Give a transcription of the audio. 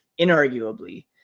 inarguably